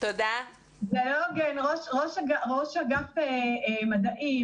לא הוגן - ראשת אגף מדעים